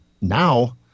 now